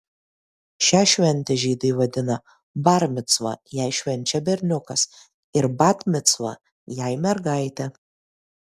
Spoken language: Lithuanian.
šią šventę žydai vadina bar micva jei švenčia berniukas ir bat micva jei mergaitė